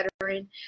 veteran